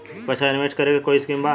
पैसा इंवेस्ट करे के कोई स्कीम बा?